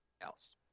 else